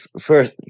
first